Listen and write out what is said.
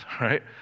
Right